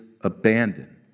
abandoned